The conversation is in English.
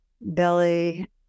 belly